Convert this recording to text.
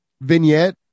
vignette